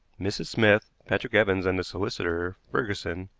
mrs. smith, patrick evans, and the solicitor, ferguson,